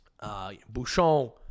Bouchon